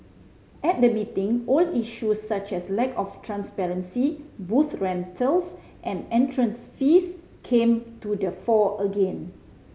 at the meeting old issues such as lack of transparency booth rentals and entrance fees came to the fore again